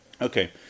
Okay